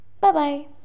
Bye-bye